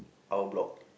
our block